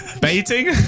Baiting